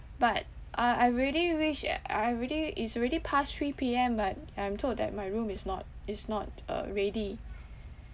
but I I really wish I really is already past three P_M but I'm told that my room is not is not uh ready